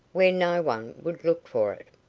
where no one would look for it.